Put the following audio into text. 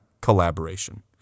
collaboration